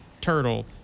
Turtle